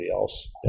else